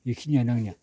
बेखिनिआनो आंना